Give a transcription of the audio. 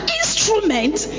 instrument